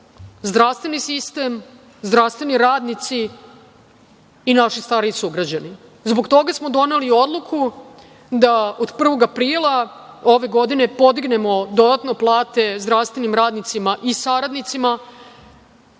zdravstveni sistem, zdravstveni radnici i naši stariji sugrađani. Zbog toga smo doneli odluku da od 1. aprila ove godine podignemo dodatno plate zdravstvenim radnicima i saradnicima